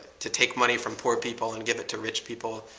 to take money from poor people and give it to rich people,